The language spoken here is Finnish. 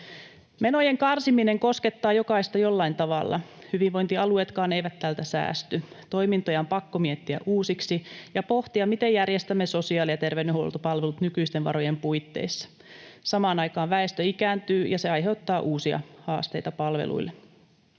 Menojen karsiminen koskettaa jokaista jollain tavalla. Hyvinvointialueetkaan eivät tältä säästy. Toimintoja on pakko miettiä uusiksi ja pohtia, miten järjestämme sosiaali- ja terveydenhuoltopalvelut nykyisten varojen puitteissa. Samaan aikaan väestö ikääntyy, ja se aiheuttaa uusia haasteita palveluille,